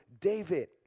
David